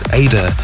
ada